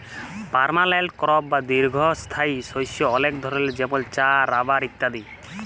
permanent crop বা দীঘ্ঘস্থায়ী শস্য অলেক ধরলের যেমল চাঁ, রাবার ইত্যাদি